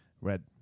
Red